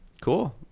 Cool